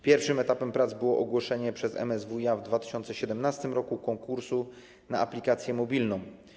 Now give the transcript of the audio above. Pierwszym etapem prac było ogłoszenie przez MSWiA w 2017 r. konkursu na aplikację mobilną.